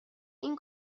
این